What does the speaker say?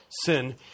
sin